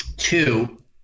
two